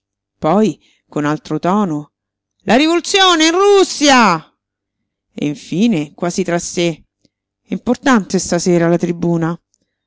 poi con altro tono la rivoluzione in russiaaa e infine quasi tra sé importante stasera la tribuna